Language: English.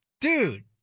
dude